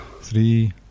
three